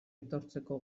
etortzeko